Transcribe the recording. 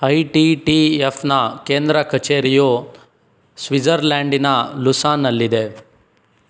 I T T ಎಫ್ನ ಕೇಂದ್ರ ಕಚೇರಿಯು ಸ್ವಿಟ್ಜರ್ಲ್ಯಾಂಡಿನ ಲುಸಾನ್ನಲ್ಲಿದೆ